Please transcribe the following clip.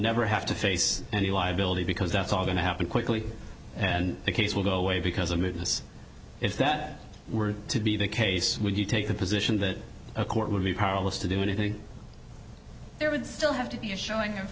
never have to face any liability because that's all going to happen quickly and the case will go away because of it as if that were to be the case when you take the position that a court would be powerless to do it i think there would still have to